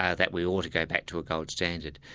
ah that we ought to go back to a gold standard.